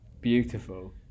beautiful